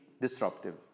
disruptive